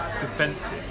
defensive